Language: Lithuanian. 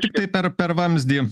tiktai per per vamzdį